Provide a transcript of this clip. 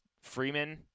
Freeman